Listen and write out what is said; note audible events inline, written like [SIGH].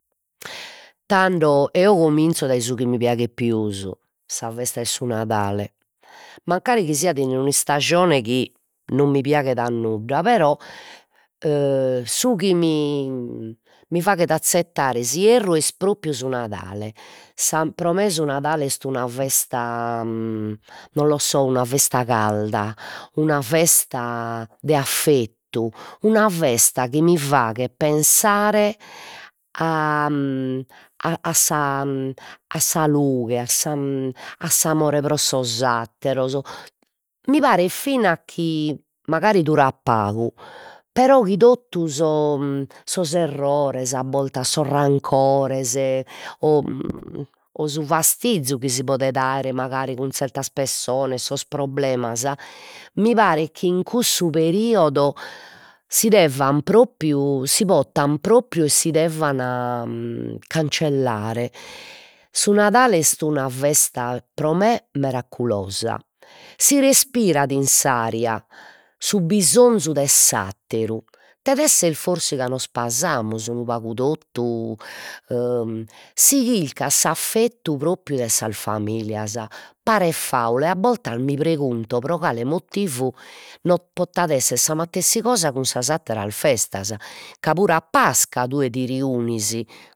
Tando eo cominzo dai su chi mi piaghet pius, sa festa 'e su Nadale, mancari chi siat in un'istajone chi non mi piaghet a nudda però [HESITATION] su chi mi mi faghet azzettare s'ierru est propriu su Nadale, sa pro me su Nadale est una festa non lo so una festa calda, una festa de affettu, una festa chi mi faghet pensare a [HESITATION] a a sa [HESITATION] a sa lughe a sa [HESITATION] a s'amore pro sos atteros, mi paret fina chi mancari durat pagu, però chi totu sos sos errores a boltas sos rancores o o su fastizu chi si podet aer mancari cun zertas pessones sos problemas, mi paret chi in cussu periodu si devan propriu, si potan propriu e si devan cancellare, su Nadale est una festa pro me meraculosa, si respirat in s'aria su bisonzu de s'atteru, det esser forsi ca nos pasamus unu pagu totu [HESITATION] si chilcat s'affettu propriu de sas familias, paret faula e a boltas mi pregunto pro cale motivu non potat esser sa matessi cosa cun sas atteras festas, ca puru a Pasca tue ti reunis